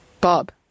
Bob